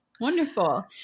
Wonderful